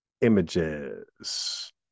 images